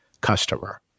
customer